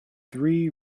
three